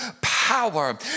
power